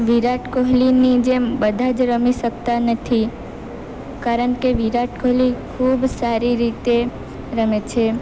વિરાટ કોહલીની જેમ બધા જ રમી શકતા નથી કારણ કે વિરાટ કોહલી ખૂબ સારી રીતે રમે છે